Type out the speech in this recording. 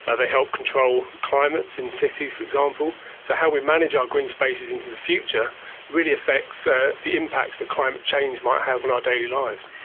ah they help control climates in cities for example. so how we manage our green spaces into the future really affects ah the impacts that climate change might have on our daily lives.